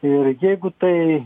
ir jeigu tai